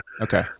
Okay